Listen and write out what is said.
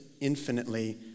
infinitely